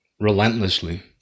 relentlessly